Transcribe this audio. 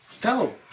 Go